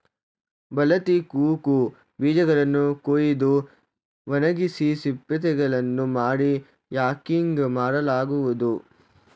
ಬಲಿತ ಕೋಕೋ ಬೀಜಗಳನ್ನು ಕುಯ್ದು ಒಣಗಿಸಿ ಸಿಪ್ಪೆತೆಗೆದು ಮಾಡಿ ಯಾಕಿಂಗ್ ಮಾಡಲಾಗುವುದು